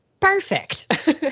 Perfect